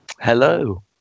Hello